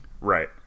Right